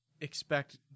expect